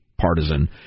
partisan